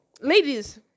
ladies